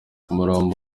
umurambo